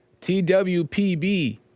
Twpb